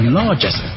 largest